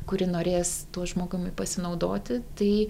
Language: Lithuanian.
kuri norės tuo žmogumi pasinaudoti tai